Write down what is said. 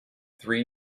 three